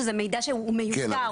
שזה מידע שהוא מיותר,